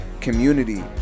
community